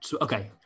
Okay